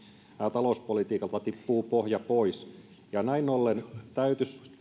talouspolitiikalta tippuu pohja pois näin ollen täytyisi